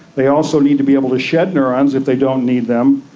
they also need to be able to shed neurons if they don't need them.